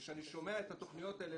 כשאני שומע את התכניות האלה,